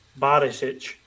Barisic